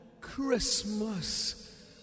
Christmas